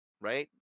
right